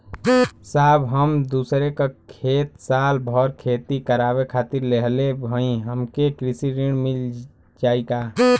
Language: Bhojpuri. साहब हम दूसरे क खेत साल भर खेती करावे खातिर लेहले हई हमके कृषि ऋण मिल जाई का?